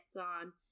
on